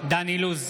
דן אילוז,